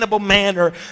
Manner